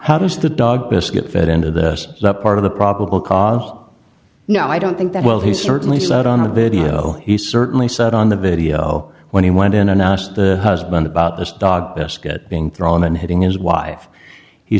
how does the dog biscuit fit into that part of the probable cause no i don't think that well he certainly said on the video he certainly said on the video when he went in announced the husband about this dog biscuit being thrown and hitting his wife he